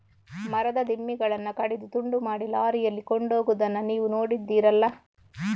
ಮರದ ದಿಮ್ಮಿಗಳನ್ನ ಕಡಿದು ತುಂಡು ಮಾಡಿ ಲಾರಿಯಲ್ಲಿ ಕೊಂಡೋಗುದನ್ನ ನೀವು ನೋಡಿದ್ದೀರಲ್ಲ